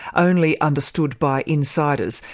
only understood by insiders.